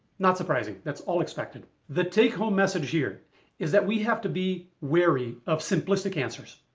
not surprising, that's all expected. the take-home message here is that we have to be wary of simplistic answers.